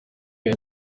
iyo